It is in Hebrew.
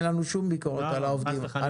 אין לנו שום ביקורת על העובדים.